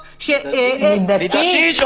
מידתי?